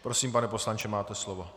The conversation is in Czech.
Prosím, pane poslanče, máte slovo.